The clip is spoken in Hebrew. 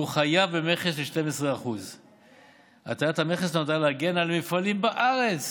והוא חייב במכס של 12%. הטלת המכס נועדה להגן על המפעלים בארץ,